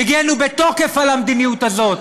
הגנו בתוקף על המדיניות הזאת.